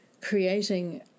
creating